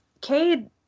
Cade